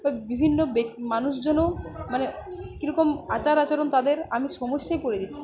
বা বিভিন্ন মানুষজনও মানে কীরকম আচার আচরণ তাদের আমি সমস্যই পড়ে দিচ্ছি